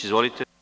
Izvolite.